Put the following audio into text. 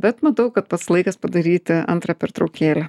bet matau kad pats laikas padaryti antrą pertraukėlę